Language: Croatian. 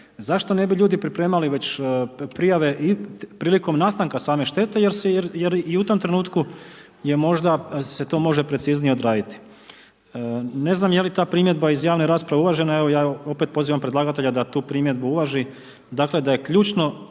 Zašto ne bi ljudi pripremali već prijave i prilikom nastanka same štete jer i u tom trenutku je možda se to može preciznije odraditi. Ne znam je li ta primjedba iz javne rasprave uvažena, evo ja opet pozivam predlagatelja da tu primjedbu uvaži, dakle da je ključan